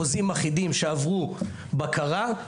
חוזים אחידים שעברו בקרה.